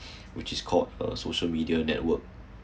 which is called a social media network